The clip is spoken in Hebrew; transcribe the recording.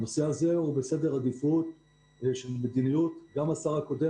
הנושא הזה הוא בסדר עדיפות של מדיניות גם השר הקודם